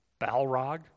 Balrog